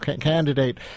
candidate